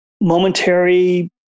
momentary